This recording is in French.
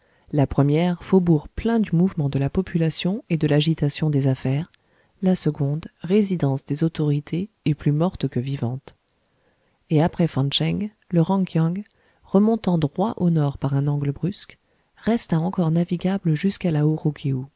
la première faubourg plein du mouvement de la population et de l'agitation des affaires la seconde résidence des autorités et plus morte que vivante et après fan tcheng le ran kiang remontant droit au nord par un angle brusque resta encore navigable jusqu'à